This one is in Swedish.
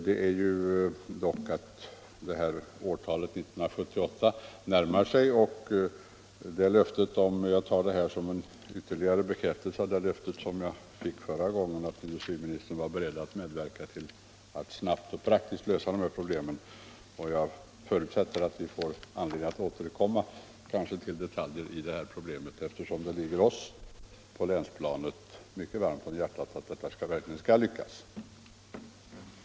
Det är dock så att år 1978 närmar sig, och jag tar industriministerns svar i dag som en ytterligare bekräftelse på det löfte jag fick förra gången, att industriministern är beredd att medverka till att snabbt och praktiskt lösa de här problemen. Jag förutsätter att vi får anledning att återkomma till detaljerna, eftersom det ligger oss på länsplanet mycket varmt om hjärtat att man verkligen skall lyckas finna en lösning.